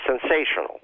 sensational